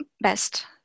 best